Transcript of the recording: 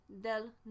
del